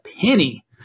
penny